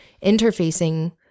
interfacing